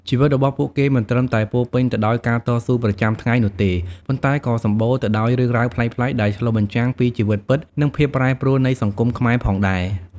ជីវិតរបស់ពួកគេមិនត្រឹមតែពោរពេញទៅដោយការតស៊ូប្រចាំថ្ងៃនោះទេ ប៉ុន្តែក៏សម្បូរទៅដោយរឿងរ៉ាវប្លែកៗ ដែលឆ្លុះបញ្ចាំងពីជីវិតពិត និងភាពប្រែប្រួលនៃសង្គមខ្មែរផងដែរ។